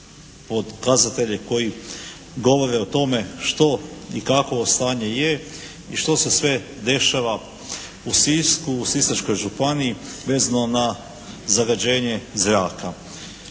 pokazatelje koji govore o tome što i kakvo stanje je i što se sve dešava u Sisku, u Sisačkoj županiji vezano na zagađenje zraka.